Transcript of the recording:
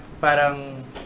parang